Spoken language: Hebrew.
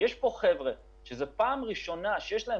אלא חבר'ה שזו פעם ראשונה שיש להם